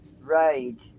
rage